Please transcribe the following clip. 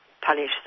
punish